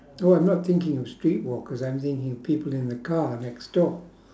oh I'm not thinking of street walkers I'm thinking people in the car next door